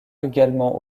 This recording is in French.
également